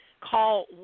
Call